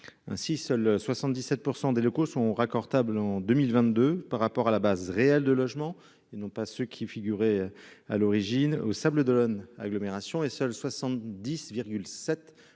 Ainsi, seuls 77% des locaux sont raccordables en 2022 par rapport à la base réelle de logement et non pas ce qui. À l'origine aux sables d'Olonne agglomération et seuls 70,7%